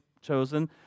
chosen